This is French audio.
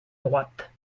droite